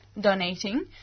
donating